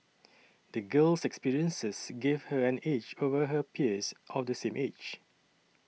the girl's experiences gave her an edge over her peers of the same age